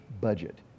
budget